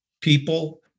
people